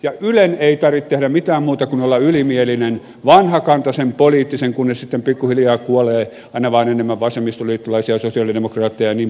ja ylen ei tarvitse tehdä mitään muuta kuin olla ylimielinen vanhakantaisen poliittinen kunnes sitten pikkuhiljaa kuolee aina vain enemmän vasemmistoliittolaisia ja sosialidemokraatteja jnp